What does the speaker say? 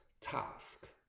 task